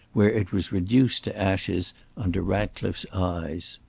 where it was reduced to ashes under ratcliffe's eyes.